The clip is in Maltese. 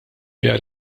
biha